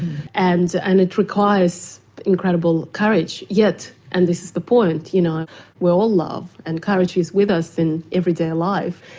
and and it requires incredible courage. yet, and this is the point, you know we all love and courage is with us in everyday life.